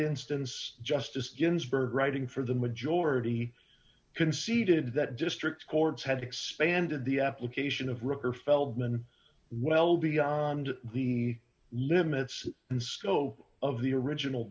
instance justice ginsburg writing for the majority conceded that district courts had expanded the application of rooker feldman well beyond the limits and scope of the original